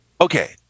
Okay